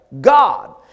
God